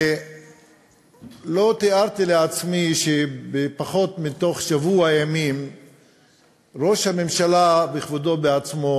ולא תיארתי לעצמי שבתוך פחות משבוע ימים ראש הממשלה בכבודו ובעצמו